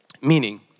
Meaning